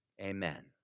Amen